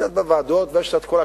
קצת בוועדות, ויש כל הכנסים.